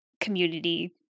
community